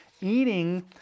eating